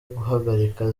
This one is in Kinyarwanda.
guhagarika